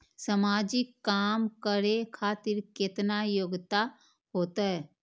समाजिक काम करें खातिर केतना योग्यता होते?